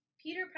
Peter